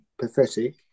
pathetic